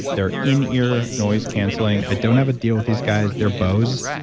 they're in ear noise canceling. i don't have a deal with these guys. they're bose.